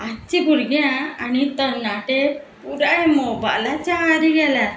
आतचे भुरग्यां आनी तरणाटे पुराय मोबायलाच्या हारी गेल्या